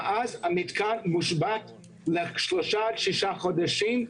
ואז המתקן מושבת לשלושה עד שישה חודשים,